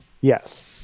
Yes